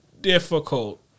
difficult